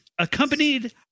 Accompanied